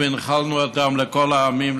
והנחלנו אותה לכל העמים,